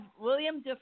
William